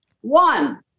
one